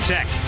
Tech